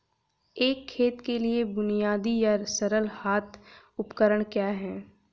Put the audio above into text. एक खेत के लिए बुनियादी या सरल हाथ उपकरण क्या हैं?